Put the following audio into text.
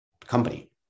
company